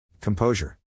composure